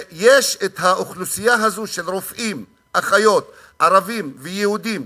יש אוכלוסייה של רופאים, אחיות, ערבים ויהודים,